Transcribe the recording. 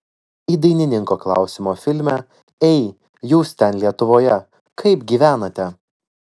į dainininko klausimą filme ei jūs ten lietuvoje kaip gyvenate